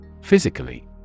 Physically